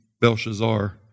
Belshazzar